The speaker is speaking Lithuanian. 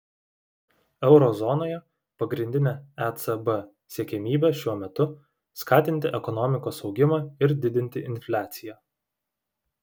euro zonoje pagrindinė ecb siekiamybė šiuo metu skatinti ekonomikos augimą ir didinti infliaciją